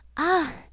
ah!